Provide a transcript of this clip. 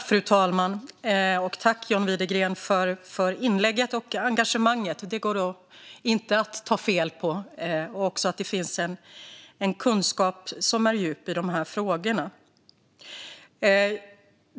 Fru talman! Tack, John Widegren, för inlägget och för engagemanget - det går inte att ta fel på. Det finns en djup kunskap i dessa frågor.